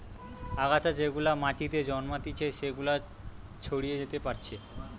আগাছা যেগুলা মাটিতে জন্মাতিচে সেগুলা ছড়িয়ে যেতে পারছে